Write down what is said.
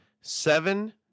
seven –